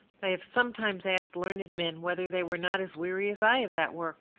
i have sometimes asked learned men whether they were not as weary as i of that work.